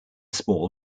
small